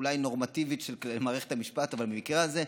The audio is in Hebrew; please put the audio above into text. אולי נורמטיבית, של מערכת המשפט במקרה הזה,